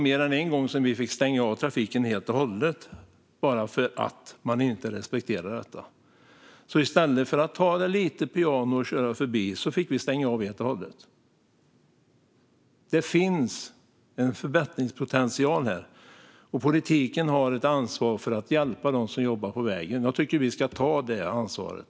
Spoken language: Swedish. Mer än en gång fick vi stänga av trafiken helt och hållet bara för att de inte respekterade detta. I stället för att de tog det lite piano och körde förbi fick vi stänga av helt och hållet. Det finns en förbättringspotential här, och politiken har ett ansvar för att hjälpa dem som jobbar på vägen. Jag tycker att vi ska ta det ansvaret.